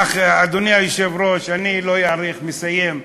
אדוני היושב-ראש, אני לא אאריך, אני מסיים.